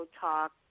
talk